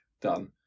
done